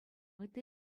ытти